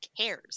cares